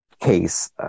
case